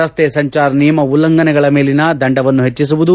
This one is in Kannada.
ರಸ್ತೆ ಸಂಚಾರ ನಿಯಮ ಉಲ್ಲಂಘನೆಗಳ ಮೇಲಿನ ದಂಡವನ್ನು ಹೆಚ್ಚಿಸುವುದು